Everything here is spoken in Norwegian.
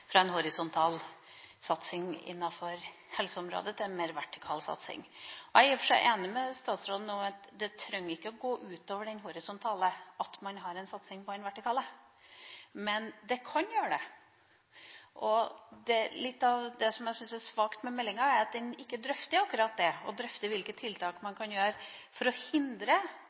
og for seg enig med statsråden i at det trenger ikke å gå ut over den horisontale at man har en satsing på den vertikale, men det kan gjøre det. Litt av det jeg syns er svakt med meldinga, er at den ikke drøfter akkurat det, og drøfter hvilke tiltak man kan ha for å hindre